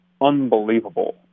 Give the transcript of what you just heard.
unbelievable